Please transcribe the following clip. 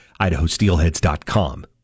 IdahoSteelheads.com